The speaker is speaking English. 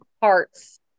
parts